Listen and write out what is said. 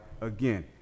again